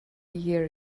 year